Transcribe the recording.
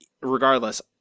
regardless